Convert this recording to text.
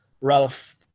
Ralph